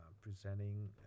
presenting